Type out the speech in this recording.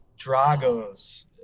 Drago's